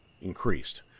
increased